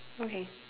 okay